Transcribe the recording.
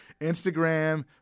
Instagram